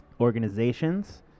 organizations